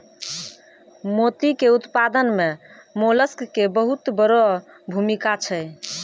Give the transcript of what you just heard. मोती के उपत्पादन मॅ मोलस्क के बहुत वड़ो भूमिका छै